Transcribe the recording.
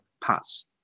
parts